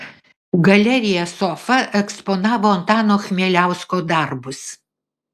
galerija sofa eksponavo antano chmieliausko darbus